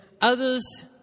Others